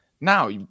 Now